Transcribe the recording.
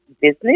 business